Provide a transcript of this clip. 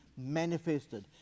manifested